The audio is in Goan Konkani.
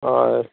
हय